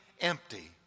empty